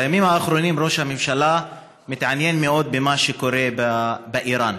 בימים האחרונים ראש הממשלה מתעניין מאוד במה שקורה באיראן.